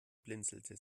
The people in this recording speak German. blinzelte